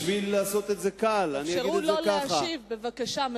תאפשרו לו להשיב, בבקשה.